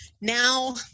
now